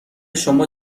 شما